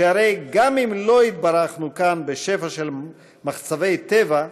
שהרי גם אם לא התברכנו כאן בשפע של מחצבי טבע,